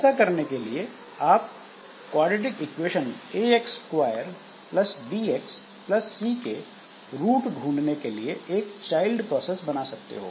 ऐसा करने के लिए आप quadratic equation a x square plus b x plus c ax2 bx c के रूट ढूंढने के लिए एक चाइल्ड प्रोसेस बना सकते हो